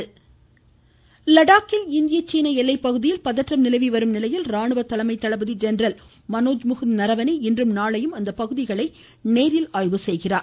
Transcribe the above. முகுந்த் நரவனே லடாக்கில் இந்திய சீன எல்லை பகுதியில் பதற்றம் நிலவி வரும் நிலையில் ராணுவ தலைமை தளபதி ஜெனரல் மனோஜ் முகுந்த் நரவனே இன்றும் நாளையும் அப்பகுதிகளை நேரில் ஆய்வு செய்கிறார்